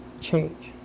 change